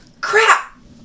crap